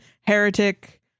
heretic